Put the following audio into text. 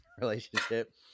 relationship